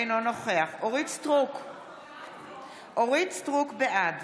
אינו נוכח אורית מלכה סטרוק, בעד